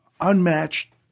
unmatched